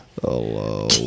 Hello